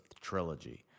trilogy